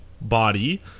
body